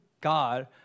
God